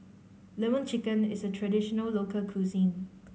Lemon Chicken is a traditional local cuisine